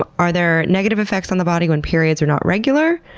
are are there negative effects on the body when periods are not regular?